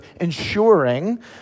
ensuring